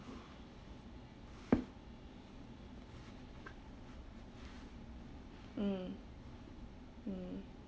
mm mm